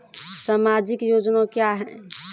समाजिक योजना क्या हैं?